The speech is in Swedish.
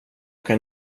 kan